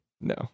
no